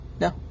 no